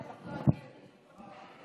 תודה רבה, אדוני